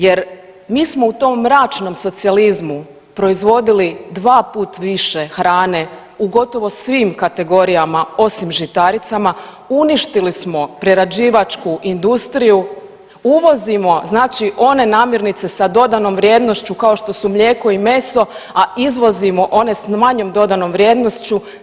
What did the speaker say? Jer mi smo u tom mračnom socijalizmu proizvodili dva put više hrane u gotovo svim kategorijama osim žitaricama, uništili smo prerađivačku industriju, uvozimo znači one namjernice sa dodanom vrijednošću kao što su mlijeko i meso, a izvozimo one s manje dodanom vrijednošću.